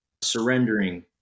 surrendering